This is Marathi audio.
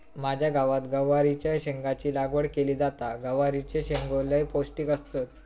माझ्या गावात गवारीच्या शेंगाची लागवड केली जाता, गवारीचे शेंगो लय पौष्टिक असतत